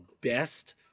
best